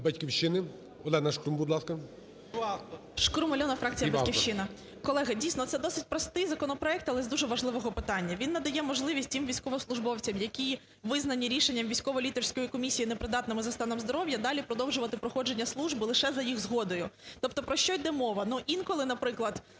"Батьківщини" ОленаШкрум, будь ласка. 12:41:43 ШКРУМ А.І. ШкрумАльона, фракція "Батьківщина". Колеги, дійсно, це досить простий законопроект, але з дуже важливого питання. Він надає можливість тим військовослужбовцям, які визнані рішенням військово-лікарської комісії непридатними за станом здоров'я, далі продовжувати проходження служби лише за їх згодою. Тобто про що йде мова. Но інколи, наприклад,